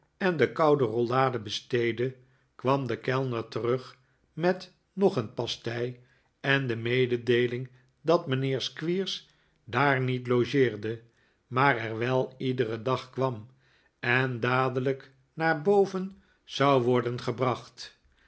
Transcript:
en de koude rollade besteedde kwam de kellner terug met nog een pastei en de mededeeling dat mijnheer squeers daar niet logeerde maar er wel iederen dag kwam en dadelijk naar boven zou worden gebracht